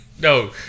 No